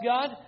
God